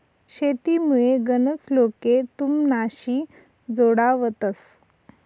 शेतीमुये गनच लोके तुमनाशी जोडावतंस